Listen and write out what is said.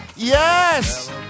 Yes